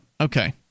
okay